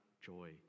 joy